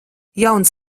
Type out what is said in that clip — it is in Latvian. jauns